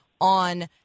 on